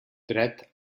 dret